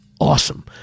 awesome